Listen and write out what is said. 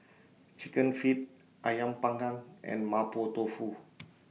Chicken Feet Ayam Panggang and Mapo Tofu